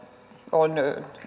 on